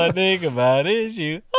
i think about is you.